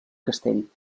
castell